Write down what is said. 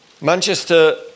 Manchester